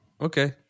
Okay